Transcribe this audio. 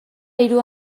hiru